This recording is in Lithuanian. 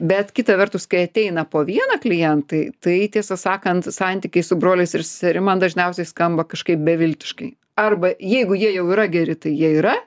bet kita vertus kai ateina po vieną klientai tai tiesą sakant santykiai su broliais ir seserim man dažniausiai skamba kažkaip beviltiškai arba jeigu jie jau yra geri tai jie yra